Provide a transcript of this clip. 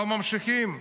אבל ממשיכים,